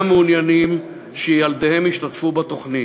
מעוניינים שילדיהם ישתתפו בתוכנית.